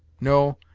no,